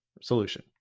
solution